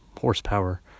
horsepower